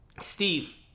Steve